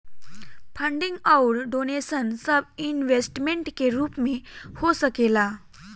funding अउर donation सब investment के रूप में हो सकेला